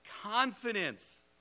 confidence